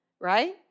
right